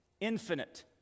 infinite